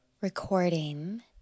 recording